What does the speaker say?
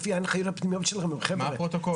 לפי ההנחיות הפנימיות שלכם --- מה הפרוטוקול?